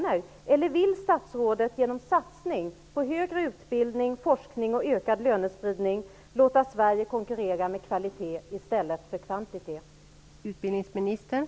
Eller vill statsrådet genom satsning på högre utbildning, forskning och ökad lönespridning låta Sverige konkurrera med kvalitet i stället för kvantitet?